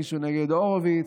מישהו נגד הורוביץ.